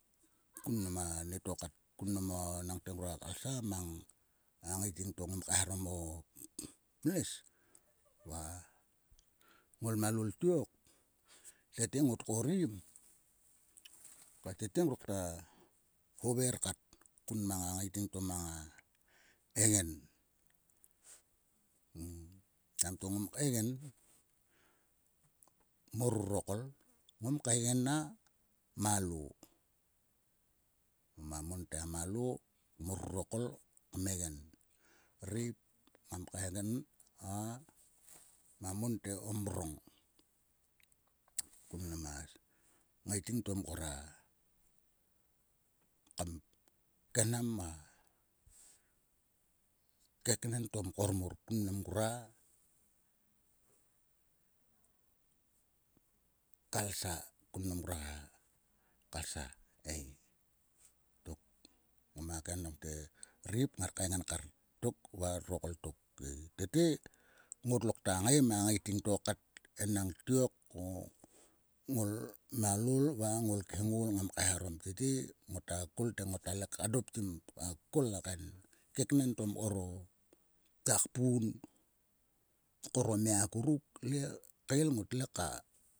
Kun nam anieto kat. kun nam a enengte ngora kalsa mang a ngaiting to ngom kacharom o pnes va ngolmialol tiok. Tete ngot korim. Okei tete ngrokta hover kat kun nam a ngaiting to mang a engen. Taim to ngom engen. Mor lurokol ngom kengen a malu. Ngama mon te a malu mor lurokol kmegen. Lreip ngam kengen a. ngma mon te a mrong kun nam a ngaiting to kam khenam a keknen to mkor mor kun nam a kalsa. Kim ngrua kalsa ei. Tok. ngoma kenham te ireip ngar kegenkar tok va lurokol ngar kegenkar tok ei. Tete ngotlo kat ngai ma ngaiting to kat enang tiok ko ngol mialol va ngol klengol ngam kaeharom tete ngota le kol te ngota adoptim a kol a kaen keknen to mkor o tak pun mkor o mia akuruk le kael ngotle ka.